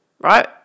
Right